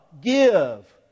give